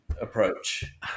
approach